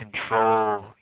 control